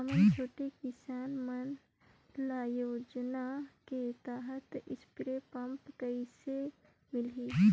हमन छोटे किसान मन ल योजना के तहत स्प्रे पम्प कइसे मिलही?